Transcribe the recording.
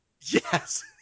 Yes